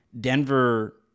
Denver